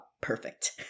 perfect